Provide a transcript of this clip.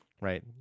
right